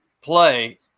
play